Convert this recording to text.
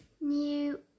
new